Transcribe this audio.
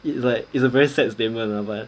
it like it's a very sad statement lah but